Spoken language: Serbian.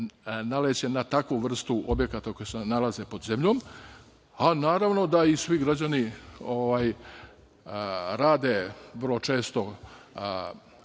naleće na takvu vrstu objekata koji se nalaze pod zemljom, a naravno da i svi građani rade vrlo često